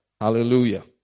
Hallelujah